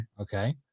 okay